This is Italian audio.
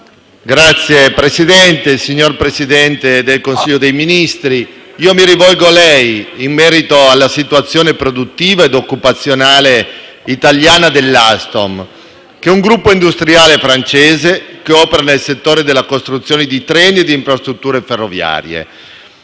*(L-SP-PSd'Az)*. Signor Presidente del Consiglio dei ministri, io mi rivolgo a lei in merito alla situazione produttiva e occupazionale italiana della Alstom, un gruppo industriale francese operante nel settore della costruzione di treni e di infrastrutture ferroviarie,